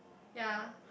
ya